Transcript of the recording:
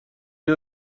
این